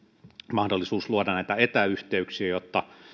mahdollisuus luoda näitä etäyhteyksiä jotta